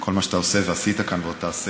כל מה שאתה עושה ועשית כאן ועוד תעשה.